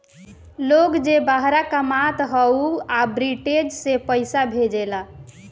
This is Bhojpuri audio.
लोग जे बहरा कामत हअ उ आर्बिट्रेज से पईसा भेजेला